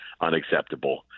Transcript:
unacceptable